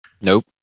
Nope